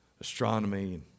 astronomy